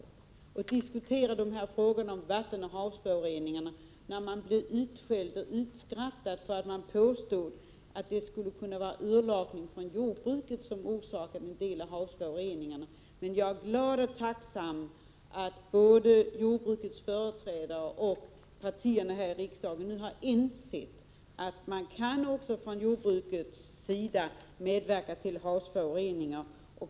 När man då diskuterade frågorna om vattenoch havsföroreningar, blev man utskälld och utskrattad för att man påstod att dessa till en del kunde ha orsakats av urlakning för jordbruket. Men jag är glad och tacksam över att både jordbrukets företrädare och partierna här i riksdagen nu har insett att man också från jordbrukets sida kan medverka till havsföroreningar.